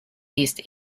east